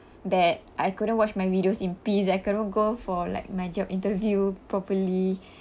bad I couldn't watch my videos in peace I cannot go for like my job interview properly